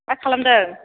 मा खालामदों